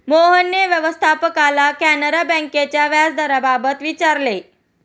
मोहनने व्यवस्थापकाला कॅनरा बँकेच्या व्याजदराबाबत विचारले